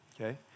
okay